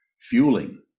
fueling